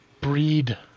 breed